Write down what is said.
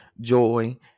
joy